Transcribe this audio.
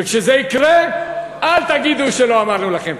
וכשזה יקרה אל תגידו שלא אמרנו לכם.